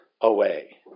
away